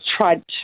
tried